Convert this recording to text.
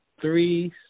three